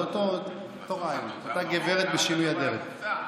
זה אותו רעיון, אותה גברת בשינוי אדרת.